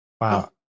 wow